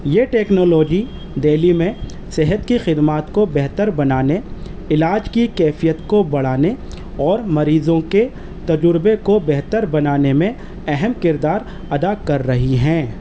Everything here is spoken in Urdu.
یہ ٹیکنالوجی دہلی میں صحت کی خدمات کو بہتر بنانے علاج کی کیفیت کو بڑھانے اور مریضوں کے تجربے کو بہتر بنانے میں اہم کردار ادا کر رہی ہیں